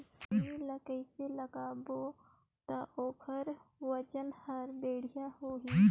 खैनी ला कइसे लगाबो ता ओहार वजन हर बेडिया होही?